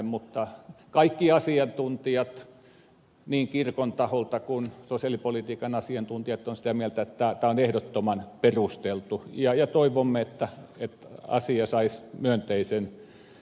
mutta kaikki asiantuntijat niin kirkon taholta kuin sosiaalipolitiikan asiantuntijat ovat sitä mieltä että tämä on ehdottoman perusteltu ja toivomme että asia saisi myönteisen johtopäätöksen